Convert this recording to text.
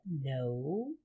no